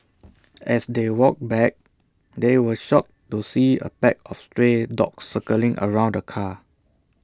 as they walked back they were shocked to see A pack of stray dogs circling around the car